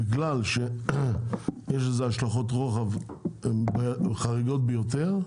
בגלל שיש לזה השלכות רוחב חריגות ביותר,